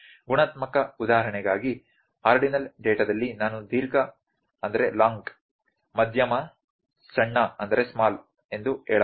ಗುಣಾತ್ಮಕ ಉದಾಹರಣೆಗಾಗಿ ಆರ್ಡಿನಲ್ ಡೇಟಾದಲ್ಲಿ ನಾನು ದೀರ್ಘ ಮಧ್ಯಮ ಸಣ್ಣ ಎಂದು ಹೇಳಬಹುದು